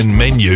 menu